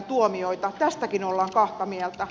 tästäkin ollaan kahta mieltä